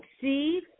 see